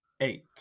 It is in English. eight